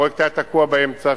הפרויקט היה תקוע באמצע,